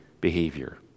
behavior